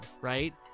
right